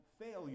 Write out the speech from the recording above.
failure